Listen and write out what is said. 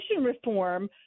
reform